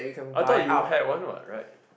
I thought you had one what right